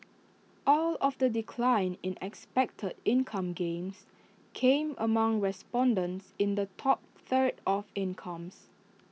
all of the decline in expected income gains came among respondents in the top third of incomes